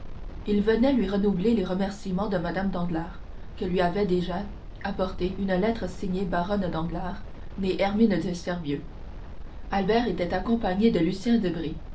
il venait lui renouveler les remerciements de mme danglars que lui avait déjà apportés une lettre signée baronne danglars née herminie de servieux albert était accompagné de lucien debray